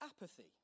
apathy